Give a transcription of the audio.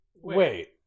Wait